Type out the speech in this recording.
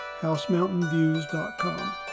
housemountainviews.com